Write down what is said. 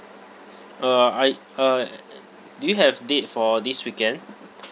uh I uh do you have date for this weekend